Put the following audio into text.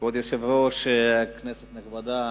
כבוד היושב-ראש, כנסת נכבדה,